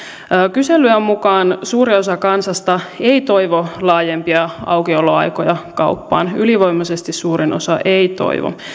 kyselyjen mukaan suurin osa kansasta ei toivo laajempia aukioloaikoja kauppaan ylivoimaisesti suurin osa ei toivo